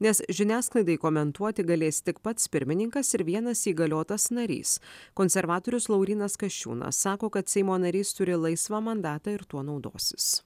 nes žiniasklaidai komentuoti galės tik pats pirmininkas ir vienas įgaliotas narys konservatorius laurynas kasčiūnas sako kad seimo narys turi laisvą mandatą ir tuo naudosis